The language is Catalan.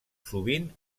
sovint